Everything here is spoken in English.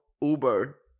Uber